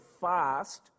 fast